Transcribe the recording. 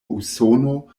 usono